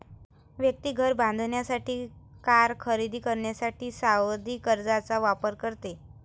व्यक्ती घर बांधण्यासाठी, कार खरेदी करण्यासाठी सावधि कर्जचा वापर करते